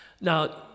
Now